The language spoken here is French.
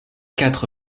quatre